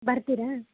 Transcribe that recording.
ಬರ್ತೀರಾ